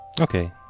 Okay